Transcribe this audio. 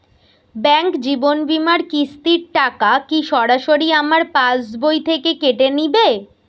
Bank জীবন বিমার কিস্তির টাকা কি সরাসরি আমার পাশ বই থেকে কেটে নিবে?